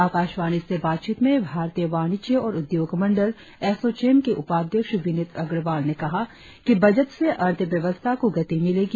आकाशवाणी से बातचीत में भारतीय वाणिज्य और उद्योग मंडल एसोचैम के उपाध्यक्ष विनीत अग्रवाल ने कहा कि बजट से अर्थव्यवस्था को गति मिलेगी